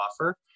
offer